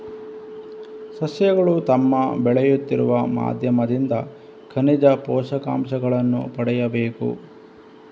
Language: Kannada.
ಸಸ್ಯಗಳು ತಮ್ಮ ಬೆಳೆಯುತ್ತಿರುವ ಮಾಧ್ಯಮದಿಂದ ಖನಿಜ ಪೋಷಕಾಂಶಗಳನ್ನು ಪಡೆಯಬೇಕು